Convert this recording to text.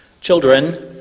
Children